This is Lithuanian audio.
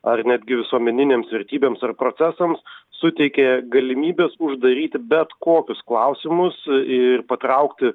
ar netgi visuomeninėms vertybėms ar procesams suteikia galimybes uždaryti bet kokius klausimus ir patraukti